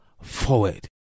forward